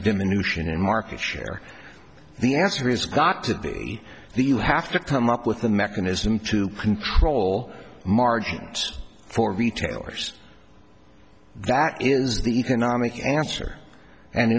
diminution in market share the answer is got to be the you have to come up with a mechanism to control margins for retailers that is the economic answer and